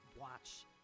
watch